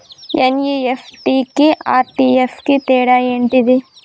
NEFT కి RTGS కు తేడా ఏంటిది?